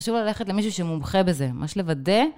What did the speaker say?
אפשר ללכת למישהו שמומחה בזה, ממש לוודא.